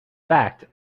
fact